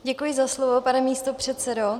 Děkuji za slovo, pane místopředsedo.